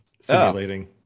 simulating